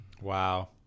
Wow